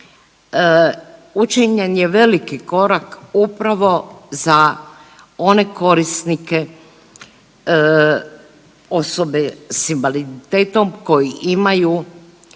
učinjen je veliki korak upravo za one korisnike osobe s invaliditetom koji imaju,